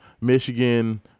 Michigan